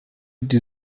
die